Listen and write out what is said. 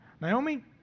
naomi